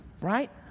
right